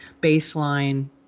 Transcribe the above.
baseline